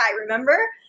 remember